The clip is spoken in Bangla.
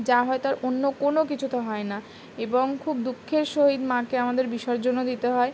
যা হয় তার অন্য কোনো কিছুতে হয় না এবং খুব দুঃখের সহিত মাকে আমাদের বিসর্জনও দিতে হয়